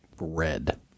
red